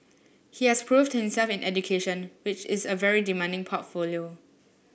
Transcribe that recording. he has proved himself in education which is a very demanding portfolio